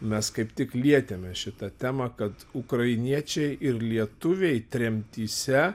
mes kaip tik lietėme šitą temą kad ukrainiečiai ir lietuviai tremtyse